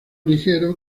ligero